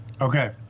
Okay